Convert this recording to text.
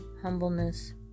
humbleness